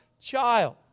child